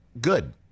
good